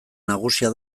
nagusia